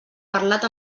parlat